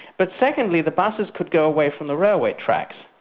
but secondly, the buses could go away from the railway tracks,